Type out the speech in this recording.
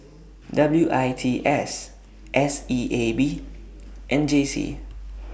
W I T S S E A B and J C